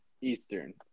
Eastern